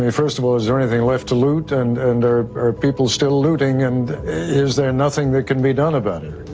first of all, is there anything left to loot? and and are are people still looting? and is there nothing that can be done about it?